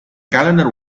calendar